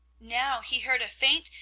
now he heard a faint,